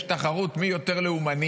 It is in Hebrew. יש תחרות מי יותר לאומני,